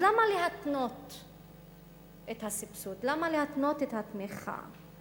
אז למה להתנות את הסבסוד, למה להתנות את התמיכה?